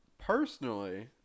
personally